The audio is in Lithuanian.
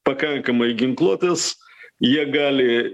pakankamai ginkluotės jie gali